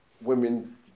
women